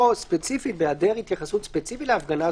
פה ספציפית בהתייחסות היעדר ספציפית להפגנה,